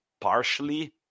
partially